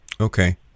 Okay